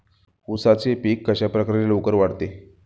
उसाचे पीक कशाप्रकारे लवकर वाढते?